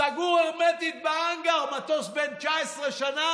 סגור הרמטית בהאנגר, מטוס בן 19 שנה,